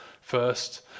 first